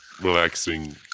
relaxing